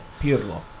Pirlo